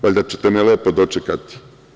Valjda ćete me lepo dočekati?